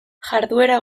jarduera